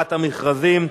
חובת המכרזים (תיקון,